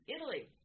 Italy